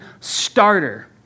starter